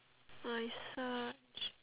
I such